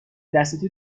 دستتو